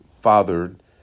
fathered